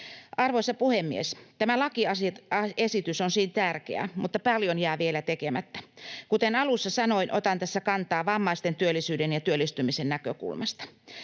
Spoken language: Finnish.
Arvoisa puhemies! Tämä lakiesitys on siis tärkeä, mutta paljon jää vielä tekemättä. Kuten alussa sanoin, otan tässä kantaa vammaisten työllisyyden ja työllistymisen näkökulmasta.